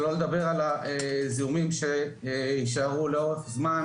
שלא לדבר על הזיהומים שיישארו לאורך זמן